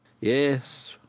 Yes